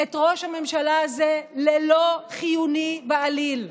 את ראש הממשלה הזה ללא חיוני בעליל.